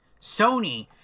Sony